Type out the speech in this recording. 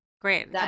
Great